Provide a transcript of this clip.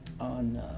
on